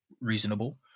reasonable